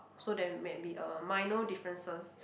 so there might be a minor differences